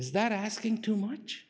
is that asking too much